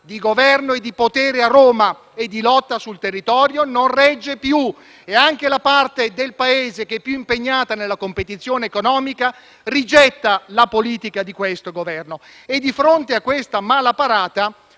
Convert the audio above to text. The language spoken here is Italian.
di governo, di potere a Roma e di lotta sul territorio non regge più e anche la parte del Paese che è più impegnata nella competizione economica rigetta la politica di questo Governo. Di fronte a questa malaparata